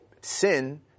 sin